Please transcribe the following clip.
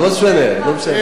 לא משנה, לא משנה.